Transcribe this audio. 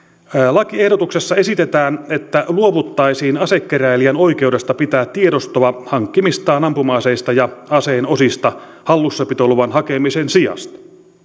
lakiehdotuksessa esitetään että luovuttaisiin asekeräilijän oikeudesta pitää tiedostoa hankkimistaan ampuma aseista ja aseen osista hallussapitoluvan hakemisen sijasta